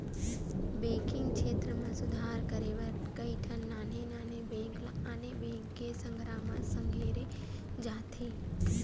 banking छेत्र म सुधार करे बर कइठन नान्हे नान्हे बेंक ल आने बेंक के संघरा म संघेरे जाथे